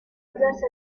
place